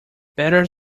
better